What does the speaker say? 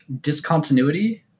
Discontinuity